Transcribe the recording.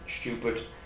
stupid